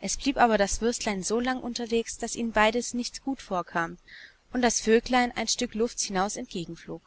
es blieb aber das würstlein so lang unterweg daß ihnen beiden nichts guts vorkam und das vöglein ein stück lufts hinaus entgegen floge